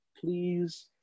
Please